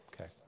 Okay